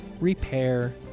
repair